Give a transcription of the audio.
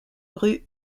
rue